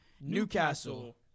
Newcastle